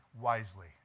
wisely